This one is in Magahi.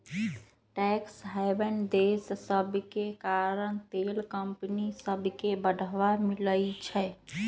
टैक्स हैवन देश सभके कारण तेल कंपनि सभके बढ़वा मिलइ छै